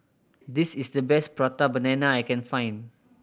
this is the best Prata Banana I can find